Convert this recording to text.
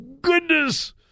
goodness